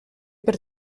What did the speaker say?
per